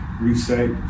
reset